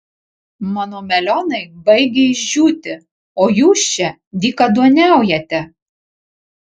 mano melionai baigia išdžiūti o jūs čia dykaduoniaujate